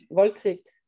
voldtægt